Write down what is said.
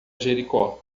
jericó